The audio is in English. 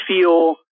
feel